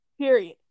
Period